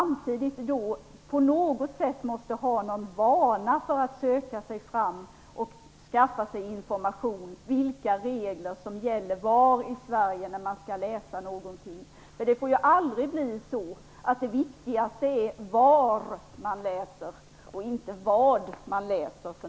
Man måste ju samtidigt ha en viss vana att söka sig fram och skaffa sig information om vilka regler som gäller på olika platser i Sverige. Det får aldrig bli så att det viktigaste är var man läser och inte vad man läser.